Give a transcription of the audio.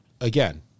again